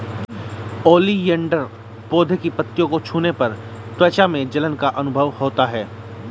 oleander पौधे की पत्तियों को छूने पर त्वचा में जलन का अनुभव होता है